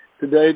today